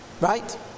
Right